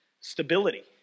Stability